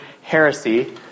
heresy